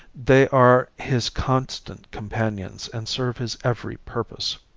they are his constant companions and serve his every purpose.